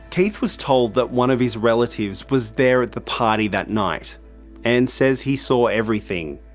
keith was told that one of his relatives was there at the party that night and says he saw everything.